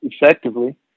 effectively